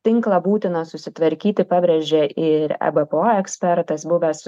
tinklą būtina susitvarkyti pabrėžia ir ebpo ekspertas buvęs